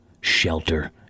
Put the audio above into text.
shelter